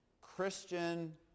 Christian